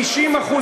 90%,